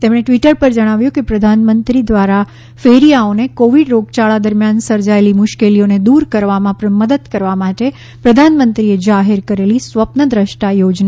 તેમણે ટ્વીટર પર જણાવ્યું કે પ્રધાનમંત્રી નરેન્દ્ર મોદી દ્વારા ફેરિયાઓને કોવિડ રોગચાળા દરમિયાન સર્જાયેલી મુશ્કેલીઓને દૂર કરવામાં મદદ કરવા માટે પ્રધાનમંત્રીએ જાહેર કરેલી સ્વપ્નદ્રષ્ટા યોજના છે